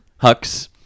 Hux